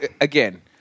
again –